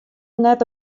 net